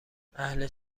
اهل